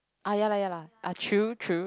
ahh ya lah ya lah ah true true